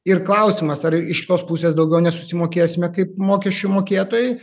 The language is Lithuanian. ir klausimas ar iš tos pusės daugiau nesusimokėsime kaip mokesčių mokėtojai